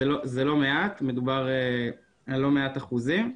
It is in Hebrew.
זה לא מעט, מדובר על לא מעט אחוזים.